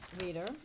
reader